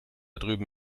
drüben